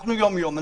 אנחנו יום-יום.